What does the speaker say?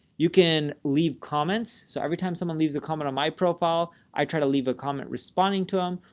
you can leave comments. so every time someone leaves a comment on my profile, i try to leave a comment responding to them,